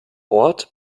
ort